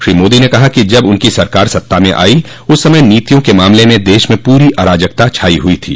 श्री मोदी ने कहा कि जब उनकी सरकार सत्ता में आई उस समय नीतियों के मामले में देश में पूरी अराजकता छाई हुई थी